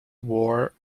war